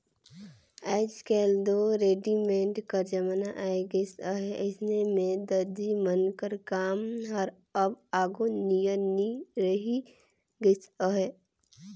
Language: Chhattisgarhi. आएज काएल दो रेडीमेड कर जमाना आए गइस अहे अइसन में दरजी मन कर काम हर अब आघु नियर नी रहि गइस अहे